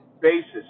basis